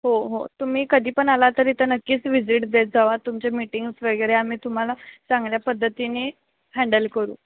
हो हो तुम्ही कधी पण आला तर इथं नक्कीच व्हिजिट देत जा तुमचे मीटिंग्स वगैरे आम्ही तुम्हाला चांगल्या पद्धतीने हँडल करू